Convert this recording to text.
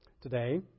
today